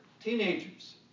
teenagers